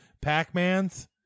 Pac-Mans